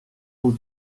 will